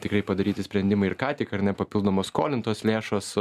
tikrai padaryti sprendimai ir ką tik ar ne papildomos skolintos lėšos